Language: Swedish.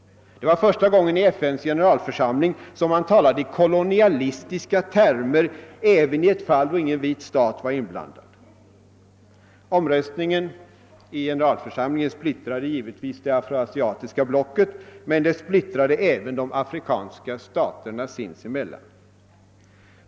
Det var första gången i FN:s generalförsamling som man talade i kolonialistiska termer även i ett fall då ingen vit stat är inblandad. Omröstningen splittrade givetvis det afro-asiatiska blocket men även de afrikanska staterna sinsemellan.